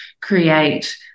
create